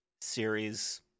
series